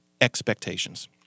expectations